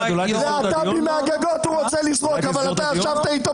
להט"בים מהגגות אבל אתה ישבת איתו